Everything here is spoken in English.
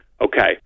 Okay